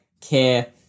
care